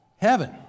heaven